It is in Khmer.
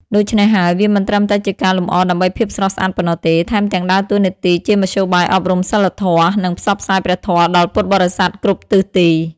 ដូច្នេះហើយ វាមិនត្រឹមតែជាការលម្អដើម្បីភាពស្រស់ស្អាតប៉ុណ្ណោះទេ ថែមទាំងដើរតួនាទីជាមធ្យោបាយអប់រំសីលធម៌ និងផ្សព្វផ្សាយព្រះធម៌ដល់ពុទ្ធបរិស័ទគ្រប់ទិសទី។